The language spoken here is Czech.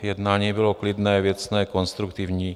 Jednání bylo klidné, věcné, konstruktivní.